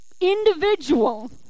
individual